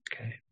Okay